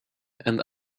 and